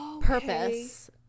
purpose